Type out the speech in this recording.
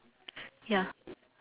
ya